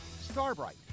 Starbright